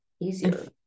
Easier